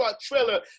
trailer